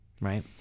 Right